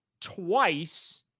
twice